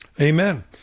Amen